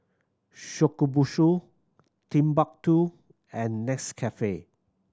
Shokubutsu Timbuk Two and Nescafe